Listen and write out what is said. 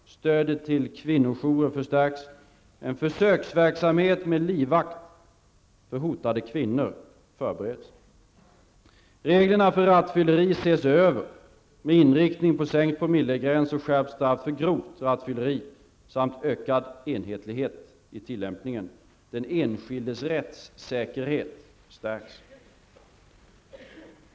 Stödet till kvinnojourerna förstärks. En försöksverksamhet med livvakt för hotade kvinnor förbereds. Reglerna för rattfylleri ses över med inriktning på sänkt promillegräns och skärpta straff för grovt rattfylleri samt på ökad enhetlighet i tillämpningen. Den enskildes rättssäkerhet stärks.